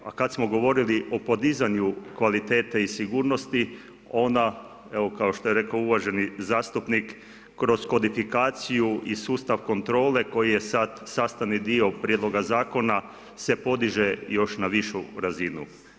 A kad smo govorili o podizanju kvalitete i sigurnosti, ona, evo kao što je rekao uvaženi zastupnik, kroz kodifikaciju i sustav kontrole koji je sad sastavni dio prijedloga Zakona se podiže još na višu razinu.